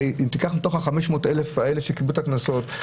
אם תיקח מתוך ה-500,000 שקיבלו את הקנסות,